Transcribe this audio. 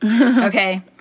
okay